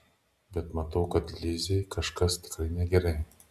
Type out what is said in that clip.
bet matau kad lizei kažkas tikrai negerai